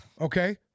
Okay